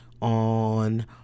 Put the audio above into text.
on